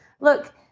Look